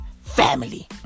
family